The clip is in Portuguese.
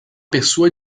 pessoa